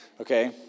Okay